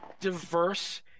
diverse